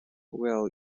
will